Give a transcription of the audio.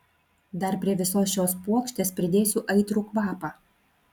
dar prie visos šios puokštės pridėsiu aitrų kvapą